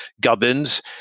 gubbins